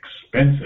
expensive